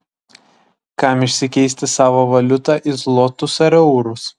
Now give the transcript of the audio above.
kam išsikeisti savą valiutą į zlotus ar eurus